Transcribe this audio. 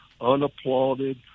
unapplauded